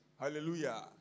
Hallelujah